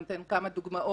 אני אתן כמה דוגמאות,